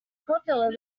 popular